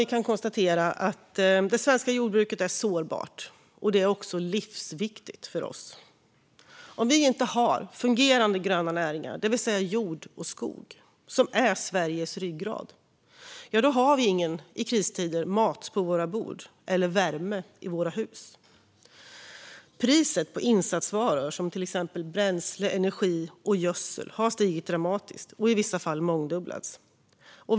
Vi kan konstatera att det svenska jordbruket är sårbart och även livsviktigt för oss. Om vi inte har fungerande gröna näringar, det vill säga jord och skog som är Sveriges ryggrad, ja, då har vi ingen mat på våra bord eller värme i våra hus i kristider. Priset på insatsvaror som till exempel bränsle, energi och gödsel har stigit dramatiskt, i vissa fall mångdubblats.